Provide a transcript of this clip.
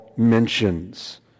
mentions